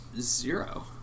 zero